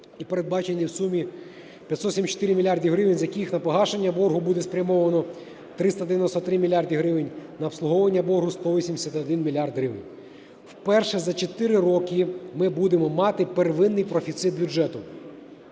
і передбачені в сумі 574 мільярди гривень, з яких на погашення боргу буде спрямовано 393 мільярди гривень, на обслуговування боргу 181 мільярд гривень. Вперше за чотири роки ми будемо мати первинний профіцит бюджету.